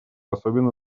особенно